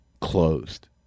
closed